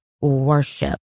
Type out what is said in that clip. worship